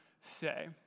Say